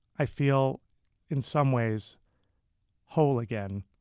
i feel in some ways whole again.